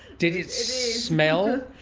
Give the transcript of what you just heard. did it smell?